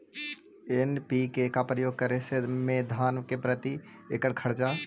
NPK का प्रयोग करे मे धान मे प्रती एकड़ खर्चा?